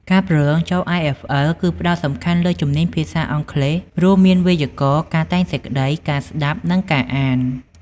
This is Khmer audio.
ការប្រឡងចូល IFL គឺផ្ដោតសំខាន់លើជំនាញភាសាអង់គ្លេស រួមមាន វេយ្យាករណ៍ ការតែងសេចក្ដី ការស្ដាប់ និងការអាន។